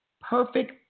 perfect